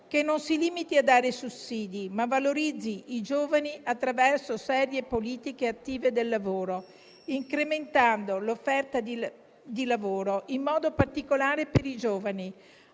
che non si limiti a dare sussidi, ma valorizzi i giovani attraverso serie politiche attive del lavoro, incrementando l'offerta di lavoro in modo particolare per i giovani